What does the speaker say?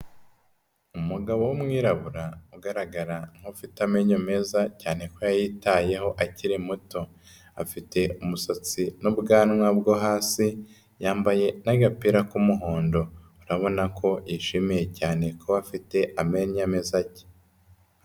Umugabo w'umwirabura ugaragara nk'ufite amenyo meza cyane ko yayitayeho akiri muto. Afite umusatsi n'ubwanwa bwo hasi yambaye n'agapira k'umuhondo, urabona ko yishimiye cyane kuba afite amenyo ameze atya.